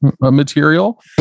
material